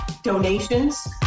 donations